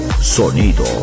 sonido